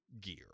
gear